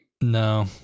No